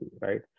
right